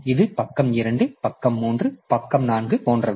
இது பக்கம் 2 பக்கம் 3 பக்கம் 4 போன்றது